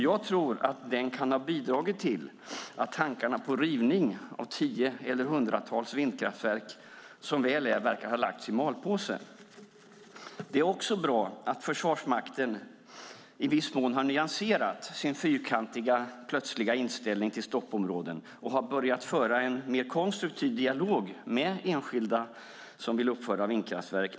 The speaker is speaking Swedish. Jag tror att den kan ha bidragit till att tankarna på rivning av tiotals eller hundratals vindkraftverk verkar ha lagts i malpåse, som väl är. Det är bra att Försvarsmakten i viss mån nyanserat sin fyrkantiga, plötsliga inställning till stoppområdet och börjat föra en mer konstruktiv dialog med enskilda, kommuner och andra som vill uppföra vindkraftverk.